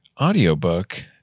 audiobook